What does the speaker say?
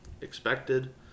expected